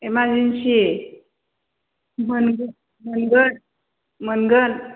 emergency मोनगोन मोनगोन मोनगोन